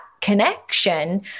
connection